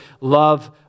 love